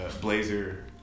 Blazer